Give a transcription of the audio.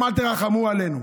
גם אל תרחמו עלינו.